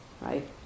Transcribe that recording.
right